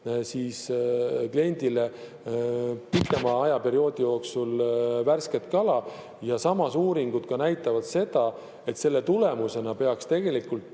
kliendile pikema ajaperioodi jooksul värsket kala. Ka uuringud näitavad seda, et selle tulemusena peaks tegelikult